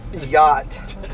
yacht